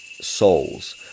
souls